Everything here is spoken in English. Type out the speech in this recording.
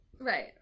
Right